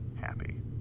happy